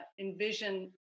envision